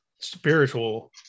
spiritual